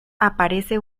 aparece